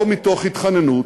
לא מתוך התחננות,